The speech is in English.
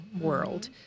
world